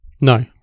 no